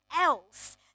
else